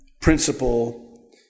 principle